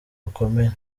gukomeye